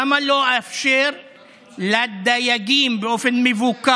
למה לא לאפשר לדייגים לחזור לעבוד באופן מבוקר,